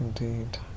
indeed